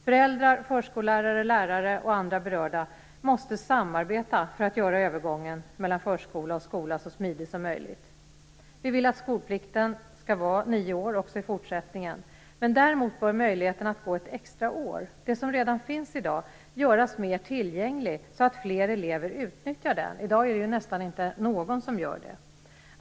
Föräldrar, förskollärare, lärare och andra berörda måste samarbeta för att göra övergången mellan förskola och skola så smidig som möjligt. Vi vill att skolplikten skall vara nio år också i fortsättningen. Men däremot bör möjligheten att gå ett extra år, som redan i dag finns, göras mer tillgänglig så att fler elever utnyttjar den. I dag är det nästan inte någon som gör det.